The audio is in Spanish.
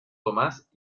tomás